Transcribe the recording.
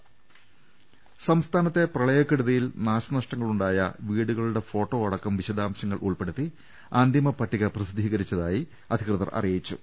രദ്ദമ്പ്പെട്ടറ സംസ്ഥാനത്തെ പ്രളയക്കെടുതിയിൽ നാശനഷ്ടങ്ങളുണ്ടായ വീടുക ളുടെ ഫോട്ടോ അടക്കം വിശദാംശങ്ങൾ ഉൾപ്പെടുത്തി അന്തിമ പട്ടിക പ്രസി ദ്ധീകരിച്ചതായി അധികൃതർ അറിയിച്ചു